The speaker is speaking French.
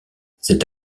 cet